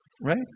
right